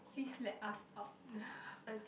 please let us out now